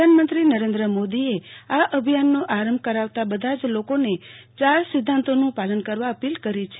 પ્રધાનમંત્રી નરેન્દ્ર મોદીએ આ અભિયાનનો આરંભ કરાવતા બધા જ લોકોનેયાર સિદ્ધાંતોનું પાલન કરવા અપીલ કરી છે